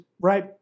right